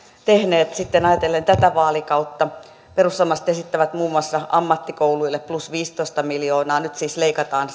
tehneet ajatellen tätä vaalikautta perussuomalaiset esittävät muun muassa ammattikouluille plus viisitoista miljoonaa nyt siis leikataan